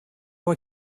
were